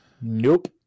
Nope